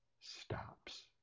stops